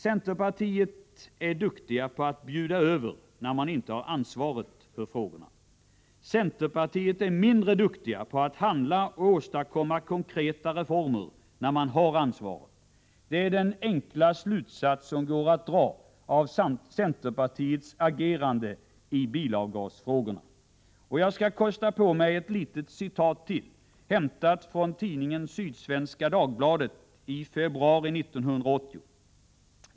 Centerpartiet är duktigt på att bjuda över när man inte har ansvaret för frågorna. Centerpartiet är mindre duktigt på att handla och åstadkomma konkreta reformer när man har ansvaret. Det är den enkla slutsats som går att dra av centerpartiets agerande i bilavgasfrågorna. Jag skall kosta på mig ett litet citat till, hämtat från tidningen Sydsvenska Dagbladet i februari 1980.